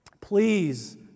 Please